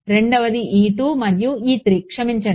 రెండవది మరియు క్షమించండి